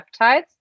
peptides